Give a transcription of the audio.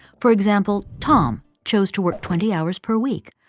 for example, tom, chose to work twenty hours per week,